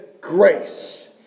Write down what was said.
grace